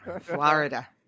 Florida